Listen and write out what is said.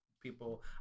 people